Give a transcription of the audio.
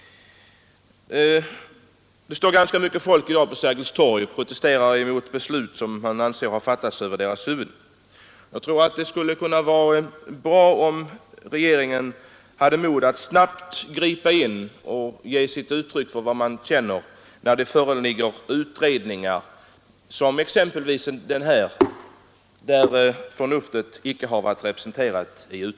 Det står ganska många människor i dag på Sergels torg och protesterar mot beslut som de anser har fattats över deras huvuden. Jag tror att det skulle vara bra om regeringen hade mod att snabbt gripa in och ge uttryck för vad den anser om utredningar som exempelvis denna, där förnuftet inte har varit representerat.